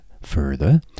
Further